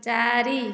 ଚାରି